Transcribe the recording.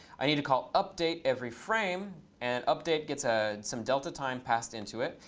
i need to call update every frame. and update gets ah some delta time passed into it.